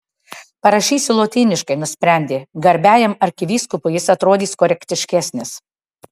parašysiu lotyniškai nusprendė garbiajam arkivyskupui jis atrodys korektiškesnis